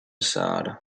sahara